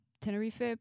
Tenerife